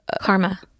Karma